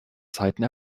zeiten